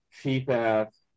cheap-ass